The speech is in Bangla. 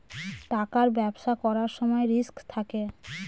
টাকার ব্যবসা করার সময় রিস্ক থাকে